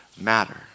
matter